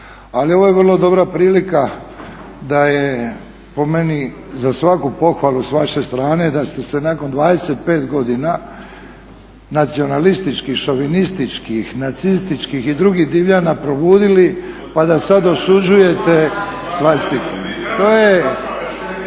Ali ovo je vrlo dobra prilika da je po meni za svaku pohvalu s vaše strane da ste se nakon 25.godina nacionalističkih, šovinističkih, nacističkih i drugih divljanja probudili pa sada osuđujete svastiku. To jako